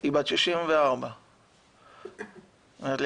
היא בת 64. היא אומרת לי,